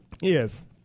Yes